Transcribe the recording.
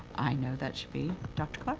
i know that should be dr.